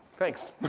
thanks.